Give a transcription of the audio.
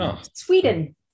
Sweden